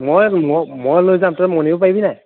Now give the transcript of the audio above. মই ম মই লৈ যাম তই মনিব পাৰিবি নাই